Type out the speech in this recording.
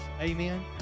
Amen